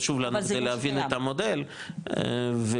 חשוב כדי להבין את המודל וב',